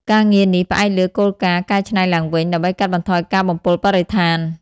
ការងារនេះផ្អែកលើគោលការណ៍ "កែច្នៃឡើងវិញ" ដើម្បីកាត់បន្ថយការបំពុលបរិស្ថាន។